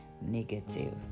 negative